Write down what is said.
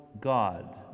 God